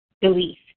belief